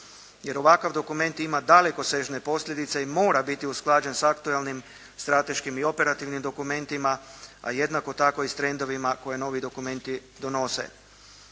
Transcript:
jer ovakav dokument ima dalekosežne posljedice i mora biti usklađen sa aktualnim strateškim i operativnim dokumentima, a jednako tako i s trendovima koje novi dokumenti donose.